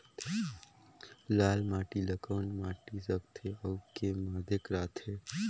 लाल माटी ला कौन माटी सकथे अउ के माधेक राथे?